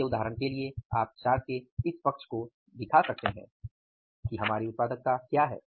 इसलिए उदाहरण के लिए आप चार्ट के इस पक्ष को दिखा सकते हैं कि हमारी उत्पादकता क्या हैं